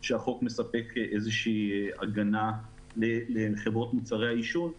שהחוק מספק איזושהי הגנה לחברות מוצרי העישון.